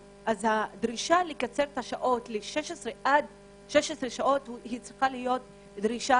הדרישה לקצר את התורנויות ל-16 שעות צריכה להיות דרישה